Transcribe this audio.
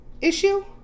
issue